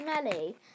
smelly